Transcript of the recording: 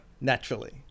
naturally